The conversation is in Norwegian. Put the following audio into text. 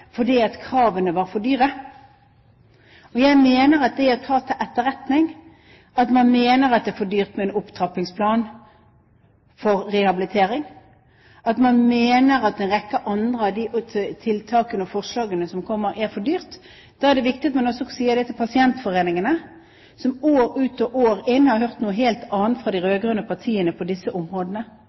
kravene var for dyre. Jeg mener at når man tar til etterretning at man mener at det er for dyrt med en opptrappingsplan for rehabilitering, at man mener at en rekke andre av de tiltakene og forslagene som kommer, er for dyre, er det viktig at man også sier det til pasientforeningen, som år ut og år inn har hørt noe helt annet fra de rød-grønne partiene på disse områdene.